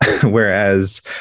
whereas